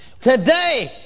Today